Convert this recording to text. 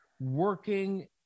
working